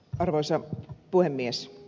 arvoisa puhemies